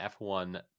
F1